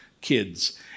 kids